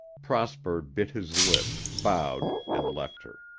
prosper bit his lip, bowed and left her.